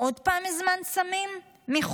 עוד פעם הזמנת סמים מחו"ל?